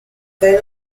they